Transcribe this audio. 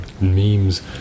memes